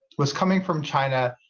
was coming from china,